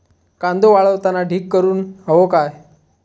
कांदो वाळवताना ढीग करून हवो काय?